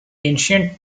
ancient